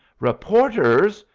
reporters?